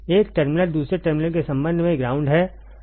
एक टर्मिनल दूसरे टर्मिनल के संबंध में ग्राउंड है